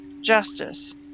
Justice